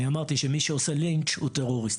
אני אמרתי שמי שעושה לינץ' הוא טרוריסט.